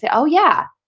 yeah oh yeah,